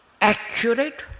accurate